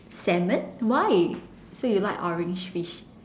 salmon why so you like orange fish